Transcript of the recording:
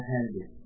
Handy